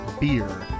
beer